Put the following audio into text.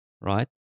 right